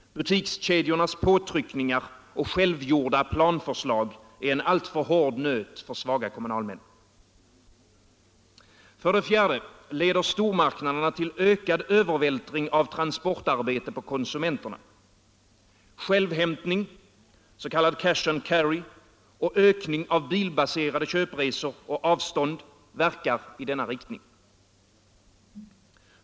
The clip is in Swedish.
Butikskedjornas påtryckningar och självgjorda planförslag är en alltför hård nöt för svaga kommunalmän. För det fjärde leder stormarknaderna till ökad övervältring av transportarbetet på konsumenterna. Självhämtning, s.k. cash and carry, och ökning av bilbaserade köpresor och avstånd verkar i denna riktning.